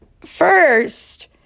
first